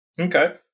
Okay